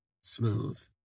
smooth